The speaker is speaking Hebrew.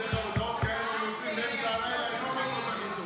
בדרך כלל הודעות כאלה שמוסרים באמצע הלילה הן לא --- טוב.